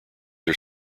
are